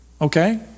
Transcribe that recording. Okay